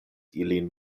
ilin